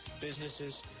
businesses